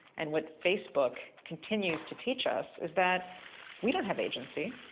and what facebook continues to teach us, is that we don't have agency.